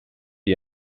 die